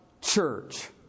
church